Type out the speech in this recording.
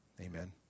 Amen